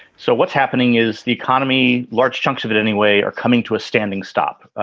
so what's happening is the economy. large chunks of it, anyway, are coming to a standing stop.